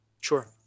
Sure